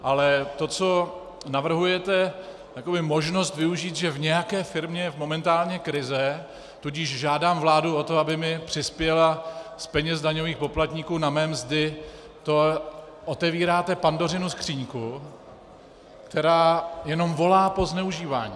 Ale to, co navrhujete jako možnost využít, že v nějaké firmě je momentálně krize, tudíž žádám vládu o to, aby mi přispěla z peněz daňových poplatníků na mé mzdy, to otevíráte Pandořinu skříňku, která jenom volá po zneužívání.